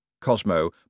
Cosmo